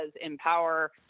empower